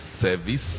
service